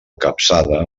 capçada